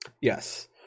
Yes